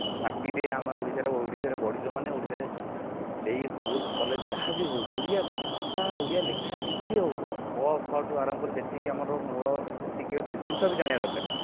ମାଟିରେ ଆମେ ଓଡ଼ିଶାରେ ଓଡ଼ିଶାରେ ବଢ଼ିଛୁ ମାନେ ଓଡ଼ିଶାରେ ସେହି ସ୍କୁଲ୍ କଲେଜ୍ ଯାହା ବି ହେଉ ଓଡ଼ିଆ ଭାଷା ଓଡ଼ିଆ ଲେଖା କିଛି ହେଉ କ ଖ'ଠୁ ଆରମ୍ଭ କରି ଯେତିକି ଆମର ମୂଳ ଯେତିକି ସେ ଜିନିଷ ବି ଜାଣିବା ଦରକାର